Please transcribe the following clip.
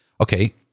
okay